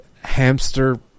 hamster